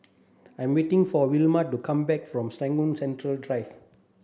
I'm waiting for Wilma to come back from Serangoon Central Drive